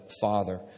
Father